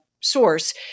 source